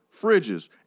fridges